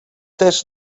też